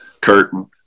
curtain